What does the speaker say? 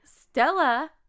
Stella